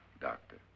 Doctor